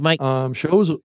shows